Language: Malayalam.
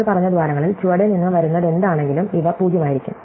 നമ്മൾ പറഞ്ഞ ദ്വാരങ്ങളിൽ ചുവടെ നിന്ന് വരുന്നതെന്താണെങ്കിലും ഇവ 0 ആയിരിക്കും